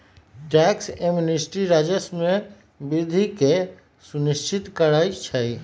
tax amnesty राजस्व में वृद्धि के सुनिश्चित करइ छै